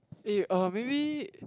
eh uh maybe